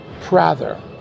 Prather